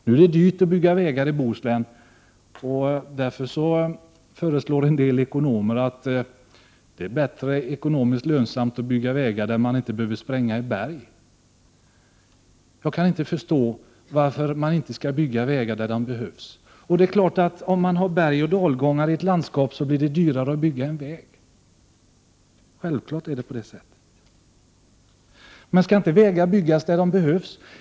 Det är dyrt att bygga vägar i Bohuslän, och därför säger en del ekonomer att det är mer ekonomiskt lönsamt att bygga vägar där man inte behöver spränga i berg. Det är självklart att det blir dyrare att bygga en väg i ett landskap med berg och dalgångar, men skall inte vägar byggas där de behövs?